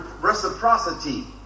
reciprocity